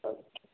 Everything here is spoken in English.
okay